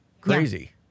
crazy